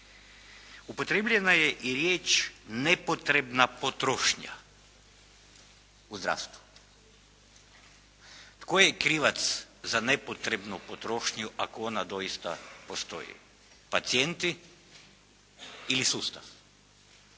Upotrijebljena je i riječ nepotrebna potrošnja u zdravstvu. Tko je krivac za nepotrebnu potrošnju ako ona doista postoji? Pacijenti ili sustav.